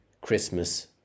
Christmas